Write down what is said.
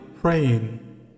praying